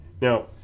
Now